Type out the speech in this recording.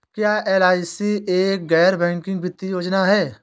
क्या एल.आई.सी एक गैर बैंकिंग वित्तीय योजना है?